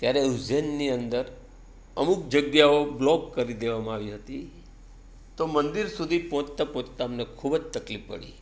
ત્યારે ઉજ્જૈનની અંદર અમુક જગ્યાઓ બ્લોક કરી દેવામાં આવી હતી તો મંદિર સુધી પહોંચતાં પહોંચતાં અમને ખૂબ જ તકલીફ પડી